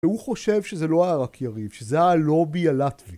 והוא חושב שזה לא היה רק יריב, שזה היה הלובי הלטווי.